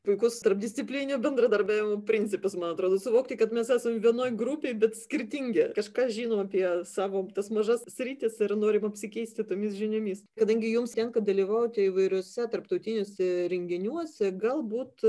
puikus tarpdisciplininio bendradarbiavimo principas man atrodo suvokti kad mes esam vienoj grupėj bet skirtingi kažkas žino apie savo tas mažas sritis ir norim apsikeisti tomis žiniomis kadangi jums tenka dalyvauti įvairiuose tarptautiniuose renginiuose galbūt